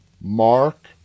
Mark